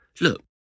Look